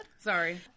Sorry